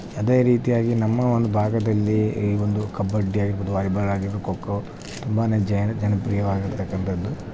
ಅದೇ ರೀತಿಯಾಗಿ ನಮ್ಮ ಒಂದು ಭಾಗದಲ್ಲಿ ಈ ಒಂದು ಕಬಡ್ಡಿ ಆಗಿರ್ಬೌದು ವಾಲಿಬಾಲ್ ಆಗಿರೋ ಖೋ ಖೋ ತುಂಬಾ ಜ್ಯಾನ್ ಜನಪ್ರಿಯವಾಗಿರ್ತಕ್ಕಂಥದ್ದು